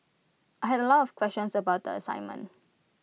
I had A lot of questions about the assignment